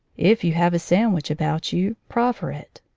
if you have a sand wich about you, proffer it.